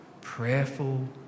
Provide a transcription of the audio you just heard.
prayerful